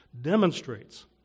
demonstrates